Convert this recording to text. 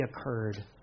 occurred